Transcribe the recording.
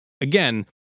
again